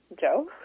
Joe